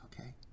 Okay